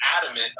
adamant